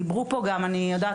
דיברו פה על המשכיות,